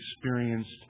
experienced